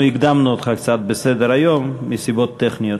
אנחנו הקדמנו אותך קצת בסדר-היום, מסיבות טכניות.